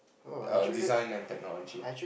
err design and technology